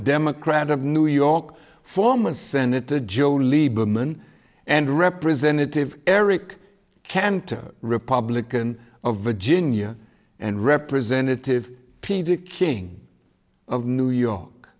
democrat of new york former senator joe lieberman and representative eric cantor republican of virginia and representative peter king of new york